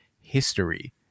history